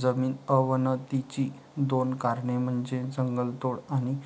जमीन अवनतीची दोन कारणे म्हणजे जंगलतोड आणि